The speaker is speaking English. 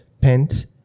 pent